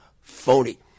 phony